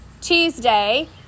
Tuesday